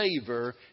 favor